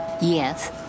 Yes